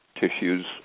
tissues